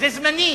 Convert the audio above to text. זה זמני.